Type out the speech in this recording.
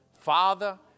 Father